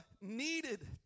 needed